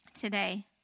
today